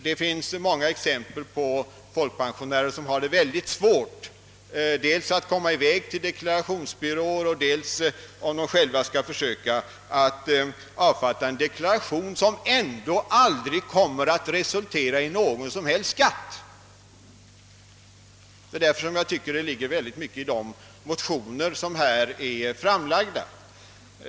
Det finns många exempel på folkpensionärer som har mycket svårt att antingen komma i väg till en deklarationsbyrå eller själva avfatta en deklaration. Eftersom denna dessutom aldrig kommer att resultera i någon som helst skatt tycker jag att det ligger mycket i de motioner som lagts fram.